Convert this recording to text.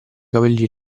capelli